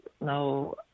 no